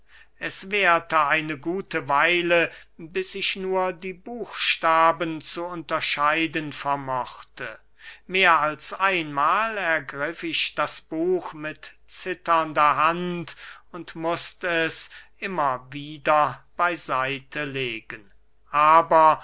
es währte eine gute weile bis ich nur die buchstaben zu unterscheiden vermochte mehr als einmahl ergriff ich das buch mit zitternder hand und mußt es immer wieder bey seite legen aber